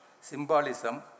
Symbolism